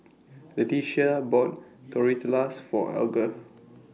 Letitia bought Tortillas For Alger